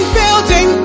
building